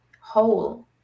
whole